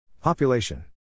Population